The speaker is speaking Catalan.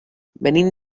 venim